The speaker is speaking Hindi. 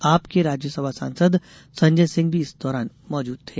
आप के राज्यसभा सांसद संजय सिंह भी इस दौरान मौजूद थे